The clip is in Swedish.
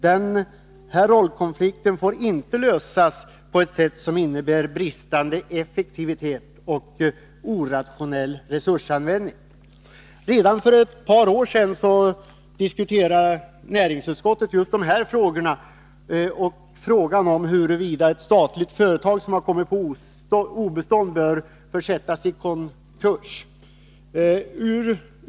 Denna rollkonflikt får inte lösas på ett sätt som innebär bristande effektivitet och orationell resursanvändning. Redan för ett par år sedan diskuterade näringsutskottet just dessa frågor och frågan om huruvida ett statligt företag som kommit på obestånd bör försättas i konkurs.